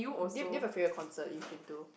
give give a favourite concert you've been to